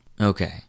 Okay